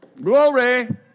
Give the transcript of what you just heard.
glory